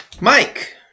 Mike